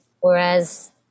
whereas